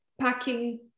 packing